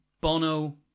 Bono